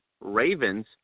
Ravens